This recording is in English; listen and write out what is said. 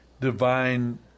divine